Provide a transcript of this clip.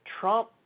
Trump